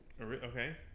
Okay